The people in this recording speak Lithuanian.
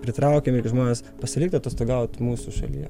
pritraukiam žmones pasilikt atostogaut mūsų šalyje